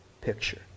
picture